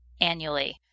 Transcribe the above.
annually